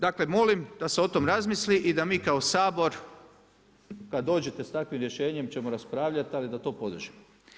Dakle molim da se o tome razmislit i da mi kao Sabor kad dođete sa takvim rješenjem ćemo raspravljati ali da to podržimo.